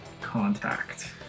contact